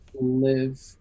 live